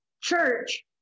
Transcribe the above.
church